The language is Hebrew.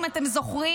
אם אתם זוכרים,